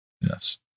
Yes